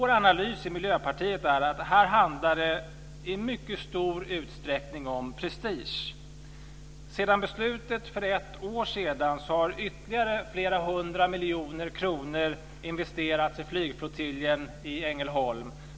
Vår analys i Miljöpartiet är att det i mycket stor utsträckning handlar om prestige. Sedan beslutet för ett år sedan har ytterligare flera hundra miljoner kronor investerats i flygflottiljen i Ängelholm.